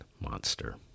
monster